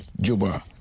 Juba